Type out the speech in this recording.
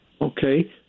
Okay